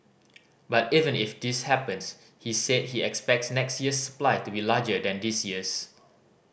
but even if this happens he said he expects next year's supply to be larger than this year's